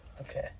Okay